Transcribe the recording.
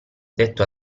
detto